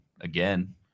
again